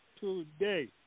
today